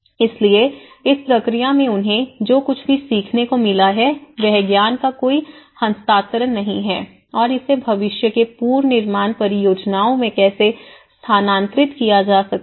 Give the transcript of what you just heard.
इसलिए इस प्रक्रिया में उन्हें जो कुछ भी सीखने को मिला है वह ज्ञान का कोई हस्तांतरण नहीं है और इसे भविष्य के पुनर्निर्माण परियोजनाओं में कैसे स्थानांतरित किया जा सकता है